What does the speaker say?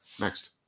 Next